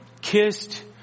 kissed